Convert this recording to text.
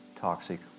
toxic